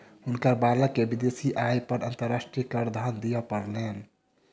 हुनकर बालक के विदेशी आय पर अंतर्राष्ट्रीय करधन दिअ पड़लैन